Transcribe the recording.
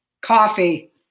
Coffee